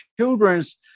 children's